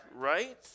right